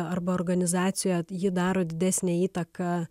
arba organizacijoje ji daro didesnę įtaką